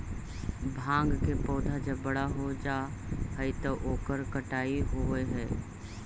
भाँग के पौधा जब बड़ा हो जा हई त ओकर कटाई होवऽ हई